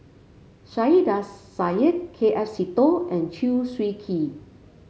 Saiedah Said K S Seetoh and Chew Swee Kee